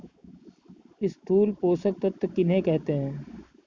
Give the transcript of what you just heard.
स्थूल पोषक तत्व किन्हें कहते हैं?